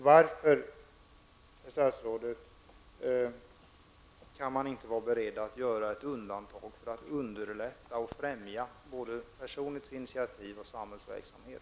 Varför, statsrådet, kan man inte vara beredd att göra ett undantag och underlätta och främja både personliga initiativ och samhällsnyttig verksamhet?